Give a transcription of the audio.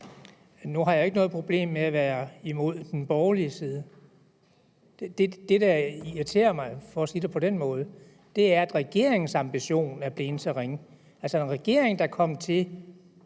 Nu har jeg jo ikke noget problem med at være imod den borgerlige side. Det, der irriterer mig – for at sige det på den måde – er, at regeringens ambition er blevet så ringe. Altså, den regering, der kom til,